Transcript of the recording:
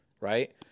right